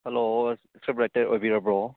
hello script writer ꯑꯣꯏꯕꯤꯔꯕ꯭ꯔꯣ